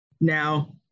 now